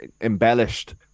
embellished